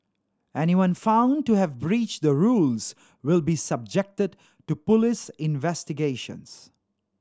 anyone found to have breached the rules will be subjected to police investigations